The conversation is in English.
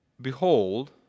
Behold